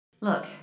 Look